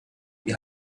wir